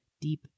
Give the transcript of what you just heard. deep